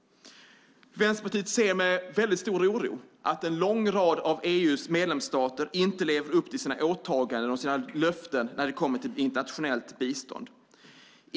Vänsterpartiet ser med stor oro att en lång rad av EU:s medlemsstater inte lever upp till sina åtaganden och sina löften när det kommer till internationellt bistånd.